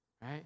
right